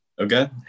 okay